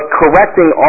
correcting